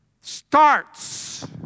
starts